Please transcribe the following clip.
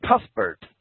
Cuthbert